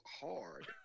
hard